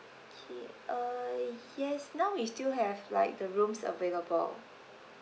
okay uh yes now we still have like the rooms available